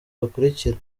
bakurikira